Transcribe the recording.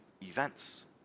events